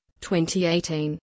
2018